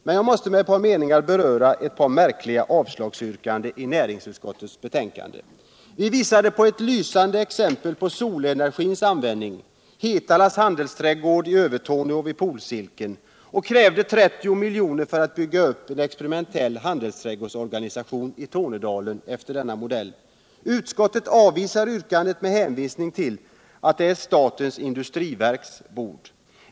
Men jag måste med eu par meningar beröra ett par märkliga avslagsyrkanden i näringsutskottets betänkanden. Vi visade på ett lysande exempel på solenergins användning, Flietalas handelsträdgård i Övertorneå vid polcirkeln, och krävde att 30 miljoner skulle anslås för att bygga upp en experimentell handelsträdgårdsorganisation i Tornedalen efter denna modell. Utskottet avvisar yrkandet med hänvisning till att det är statens industriverks bord.